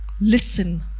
Listen